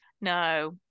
No